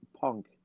Punk